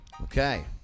Okay